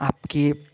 आपके